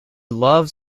loves